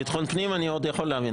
ביטחון פנים אני עוד יכול להבין.